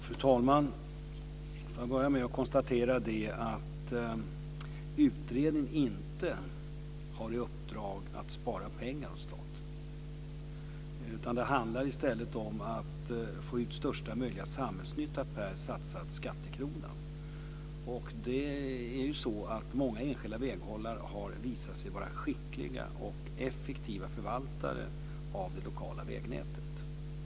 Fru talman! Jag börjar med att konstatera att utredningen inte har i uppdrag att spara pengar åt staten. Det handlar i stället om att få ut största möjliga samhällsnytta per satsad skattekrona. Många enskilda väghållare har visat sig vara skickliga och effektiva förvaltare av det lokala vägnätet.